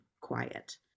quiet